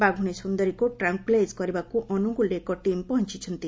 ବାଘୁଶୀ ସୁନ୍ଦରୀକୁ ଟ୍ରାଙ୍କୁଲାଇଜ୍ କରିବାକୁ ଅନୁଗୋଳରେ ଏକ ଟିମ୍ ପହଞ୍ଚଛନ୍ତି